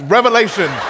Revelation